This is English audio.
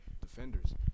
defenders